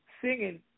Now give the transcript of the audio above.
singing